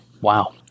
Wow